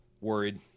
Worried